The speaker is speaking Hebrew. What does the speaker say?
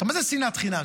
מה זה שנאת חיים?